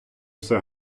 все